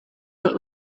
look